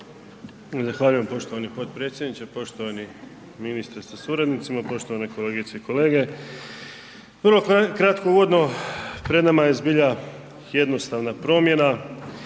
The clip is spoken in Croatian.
Zahvaljujem poštovani potpredsjedniče. Poštovani ministre sa suradnicima, poštovane kolegice i kolege. Vrlo kratko uvodno. Pred nama je zbilja jednostavna promjena